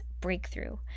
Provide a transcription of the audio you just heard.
breakthrough